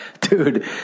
dude